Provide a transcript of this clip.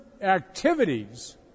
activities